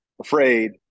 afraid